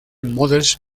models